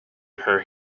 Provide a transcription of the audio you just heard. her